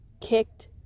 kicked